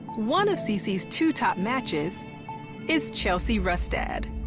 one of cece's two top matches is chelsea rustad.